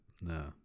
no